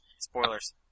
Spoilers